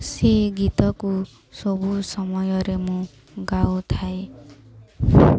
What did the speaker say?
ସେ ଗୀତକୁ ସବୁ ସମୟରେ ମୁଁ ଗାଉଥାଏ